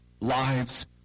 lives